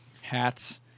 hats